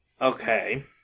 Okay